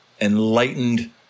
enlightened